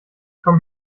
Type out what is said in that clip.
komm